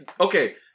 Okay